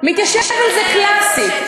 מתיישב על זה קלאסי.